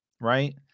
right